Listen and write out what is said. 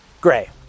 Gray